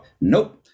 Nope